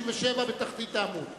בתחתית עמוד 37?